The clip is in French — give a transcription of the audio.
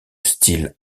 style